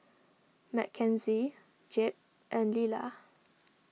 Mckenzie Jeb and Lilah